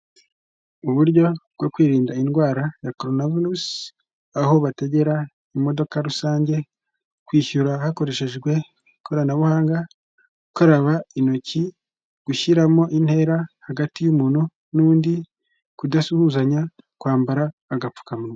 Uburyo bwo kwirinda indwara ya korona virusi, aho bategera imodoka rusange, kwishyura hakoreshejwe ikoranabuhanga, gukaraba intoki, gushyiramo intera hagati y'umuntu n'undi, kudasuhuzanya, kwambara agapfukamunwa.